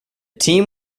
team